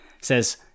says